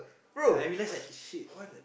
I realise like shit why the